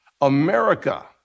America